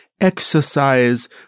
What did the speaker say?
exercise